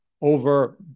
over